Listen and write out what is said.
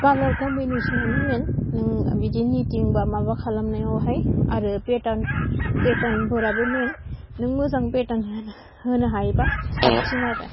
कालार कमिनिसोनानो मेन नों बिदि निथिंबा माबा खालामनायावहाय आरो पेटार्न पेटार्नफोराबो मेन नों मोंजां पेटार्न होनो हायोबा साबसिन आरो